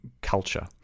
culture